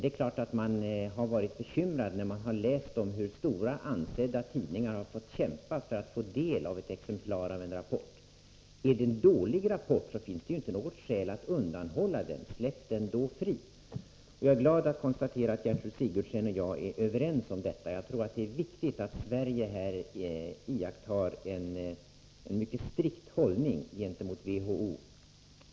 Det är klart att man varit bekymrad när man läst om hur stora, ansedda tidningar fått kämpa för att få ett exemplar av en rapport. Är det fråga om en dålig rapport, finns det ju inte något skäl att undanhålla den. Släpp den i stället fri! Jag är glad att konstatera att Gertrud Sigurdsen och jag är överens om detta. Jag tror att det är viktigt att Sverige här iakttar en mycket strikt hållning gentemot WHO.